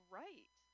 right